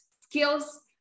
skills